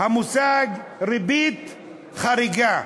המושג "ריבית חריגה".